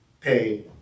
pay